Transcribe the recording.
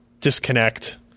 disconnect